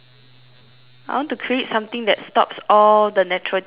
I want to create something that stops all the natural disasters